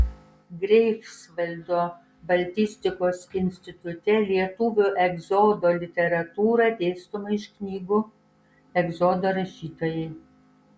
greifsvaldo baltistikos institute lietuvių egzodo literatūra dėstoma iš knygų egzodo rašytojai